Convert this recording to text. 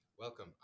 Welcome